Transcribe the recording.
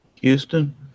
Houston